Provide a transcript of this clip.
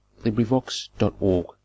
LibriVox.org